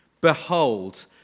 Behold